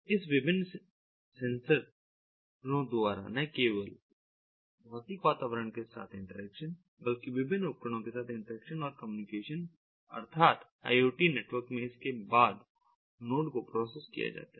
इस विभिन्न सेंसरों द्वारा न केवल भौतिक वातावरण के साथ इंटरेक्शन बल्कि विभिन्न उपकरणों के साथ इंटरेक्शन और कम्युनिकेशन अर्थात IoT नेटवर्क में इसके बाद नोड को प्रोसेस किया जाता है